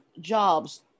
jobs